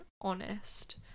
honest